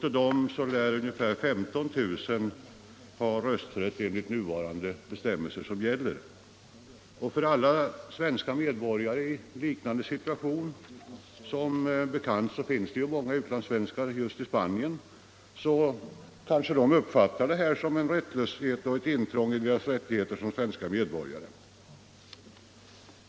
Av dem lär ungefär 15 000 ha rösträtt enligt nu gällande bestämmelser. Alla svenska medborgare i liknande situation — som bekant finns det många utlandssvenskar just i Spanien — kanske uppfattar det här som en rättslöshet och ett intrång i deras rättigheter som svenska medborgare.